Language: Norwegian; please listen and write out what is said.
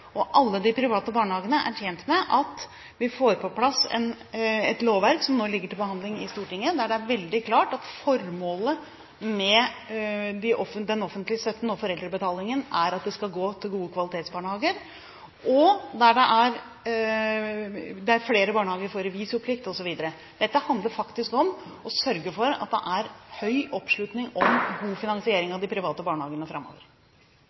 Alle de private barnehagene er tjent med at vi får på plass et lovverk, som nå ligger til behandling i Stortinget, der det er veldig klart at formålet med den offentlige støtten og foreldrebetalingen er at det skal gå til gode kvalitetsbarnehager, der flere barnehager får revisorplikt osv. Dette handler faktisk om å sørge for at det er høy oppslutning om god finansiering av de private barnehagene framover.